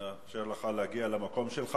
נאפשר לך להגיע למקום שלך.